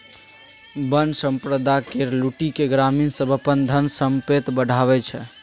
बन संपदा केर लुटि केँ ग्रामीण सब अपन धन संपैत बढ़ाबै छै